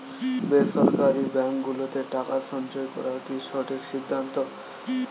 বেসরকারী ব্যাঙ্ক গুলোতে টাকা সঞ্চয় করা কি সঠিক সিদ্ধান্ত?